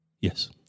Yes